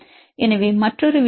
எனவே மற்றொரு விஷயம் கிளைசின் 229